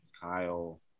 Kyle –